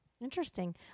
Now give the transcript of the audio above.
interesting